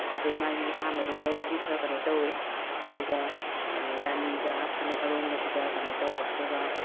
ꯐꯖꯩ ꯃꯥꯒꯤ ꯑꯍꯥꯟꯕ ꯂꯣꯟꯕꯗꯨꯗꯤ ꯈꯔ ꯀꯩꯅꯣ ꯇꯧꯋꯦ ꯑꯗꯨꯒ ꯔꯥꯅꯤꯒ ꯐꯅꯦꯛ ꯑꯔꯣꯟꯕꯁꯤꯒ ꯀꯩꯅꯣ ꯇꯧꯕ ꯑꯗꯨꯒ